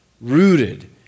rooted